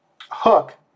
hook